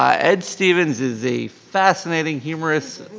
um ed stevens is a fascinating, humorous,